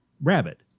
Rabbit